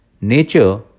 nature